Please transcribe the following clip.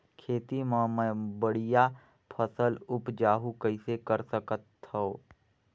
खेती म मै बढ़िया फसल उपजाऊ कइसे कर सकत थव?